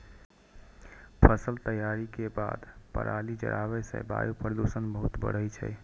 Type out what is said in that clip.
फसल तैयारी के बाद पराली जराबै सं वायु प्रदूषण बहुत बढ़ै छै